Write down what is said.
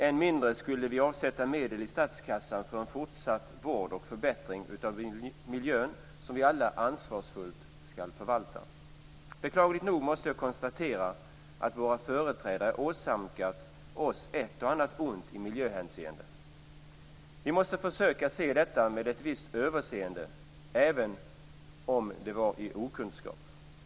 Än mindre skulle vi avsätta medel i statskassan för en fortsatt vård och förbättring av miljön, som vi alla ansvarsfullt skall förvalta. Beklagligt nog måste jag konstatera att våra företrädare åsamkat oss ett och annat ont i miljöhänseende. Vi måste försöka se detta med ett visst överseende, även om det skedde i okunskap.